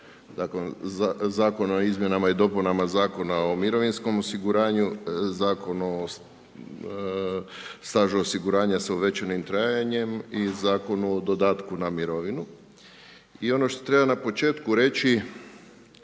Zakon o izmjenama i dopunama Zakona o mirovinskom osiguranju, Zakon o stažu osiguranja s uvećanim trajanjem i Zakonu o dodatku na mirovinu, i ono što treba na početku reći,